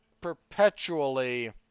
perpetually